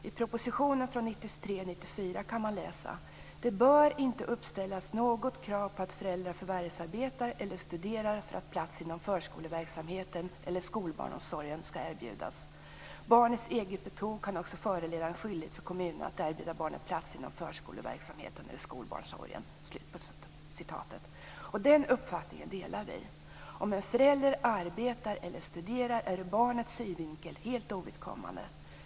I propositionen från 1993/94 kan man läsa: Det bör inte uppställas något krav på att föräldrarna förvärvsarbetar eller studerar för att plats inom förskoleverksamheten eller skolbarnomsorgen skall erbjudas. Barnets eget behov kan också föranleda skyldighet för kommunerna att erbjuda barnet plats inom förskoleverksamhet eller skolbarnomsorg. Denna uppfattning delar vi i Vänsterpartiet. Ur barnets synvinkel är det helt ovidkommande om en förälder arbetar eller studerar.